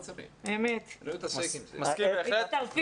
מסכים בהחלט.